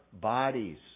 bodies